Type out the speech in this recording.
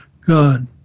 God